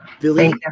Billy